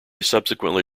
subsequently